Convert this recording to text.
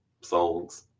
songs